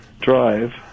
drive